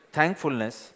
Thankfulness